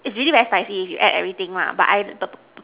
is really very spicy if you add everything lah but I